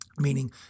meaning